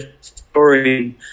story